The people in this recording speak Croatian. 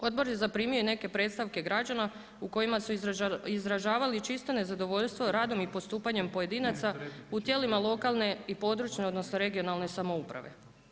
Odbor je zaprimio i neke predstavke građana u kojima su izražavali čisto nezadovoljstvo radom i postupanjem pojedinaca u tijelima lokalne i područne, odnosno regionalne samouprave.